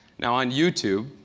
now, on youtube,